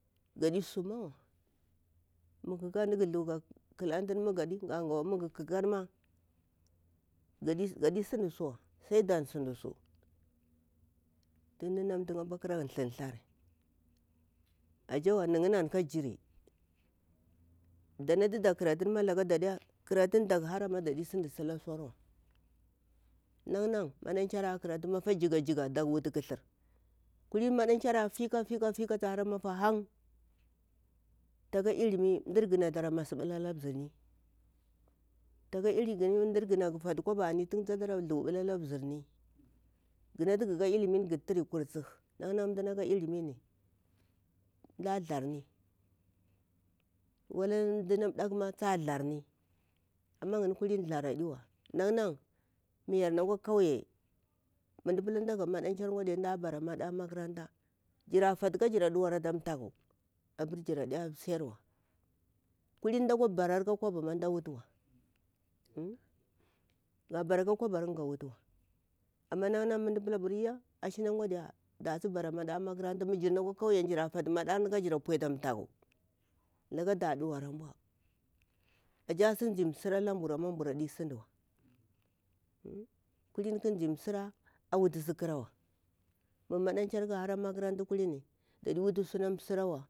muga kakan ma muga thu ka ƙalanti ni ma gadi sudu suwa sai dan sinda sai dan sindu su tun mda nantu'iya ƙaraga thantha ri ajewa naya anaka jiri danatu da karatun ma da, karatun ma dak hara dadi sin sita surwa nan na maɗankyar a karatu mafa jika jika dak wutu ƙathur, kulini maɗan kyar la fi ka fi ta hara mafa hang taka ilimi mdar gina ta masɓula ala mzirni taka ilimi tun mdar gina takra thuɓula ala mzirni ginatu gaka ilimi ni gar turi kurtsik nan na mda naka ilimini mda tharni wala mdana dak ta thami amma yini kulina thar adiwa nan na yar na kwa ƙauye mu mda pila mda kwa bara maɗankyar mda bara mada makaranta jira fatu ka jirara ɗuwar ata thaku abur jira da siyarwa kulini mda kwa barar ka kwaba mda wutu wa ga baraka kwabar iya ga wutuwa amma nan na mmu nda pita ashina diya a si bara maɗa makaranta jirna kwa ƙauye jira fatu maɗarni kajirara ɗuwara ri ata thaku laka da ɗuwari aɓau ashe asizi siralamburu mburu sindu wa kulini ƙazi sina a wutu si ƙara wa mu maɗankyar ƙa hara makaranta kulini dadi wutu sunamsirawa.